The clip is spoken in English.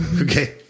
Okay